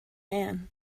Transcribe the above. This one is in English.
man